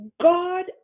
God